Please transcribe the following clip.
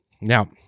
now